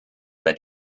that